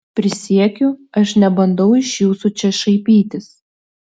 prisiekiu aš nebandau iš jūsų čia šaipytis